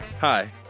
Hi